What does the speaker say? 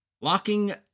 locking